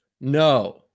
No